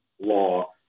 law